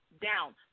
down